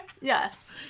Yes